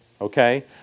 okay